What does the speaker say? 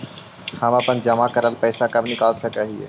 हम अपन जमा करल पैसा कब निकाल सक हिय?